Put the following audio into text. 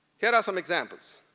here are some examples.